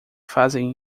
fazem